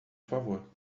favor